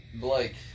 Blake